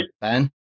Ben